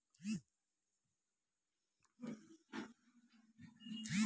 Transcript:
गाम मे बेसी लोक गाय आ महिष पोसय छै